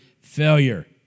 failure